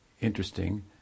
interesting